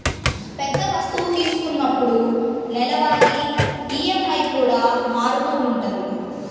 పెద్ద వస్తువు తీసుకున్నప్పుడు నెలవారీ ఈఎంఐ కూడా మారుతూ ఉంటది